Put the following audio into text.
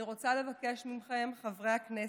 אני רוצה לבקש מכם, חברי הכנסת,